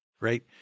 right